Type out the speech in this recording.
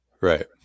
Right